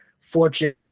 fortune